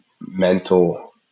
mental